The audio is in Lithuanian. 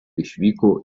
išvyko